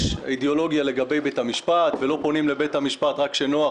יש אידאולוגיה לגבי בית המשפט ולא פונים לבית המשפט רק כשנוח,